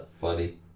funny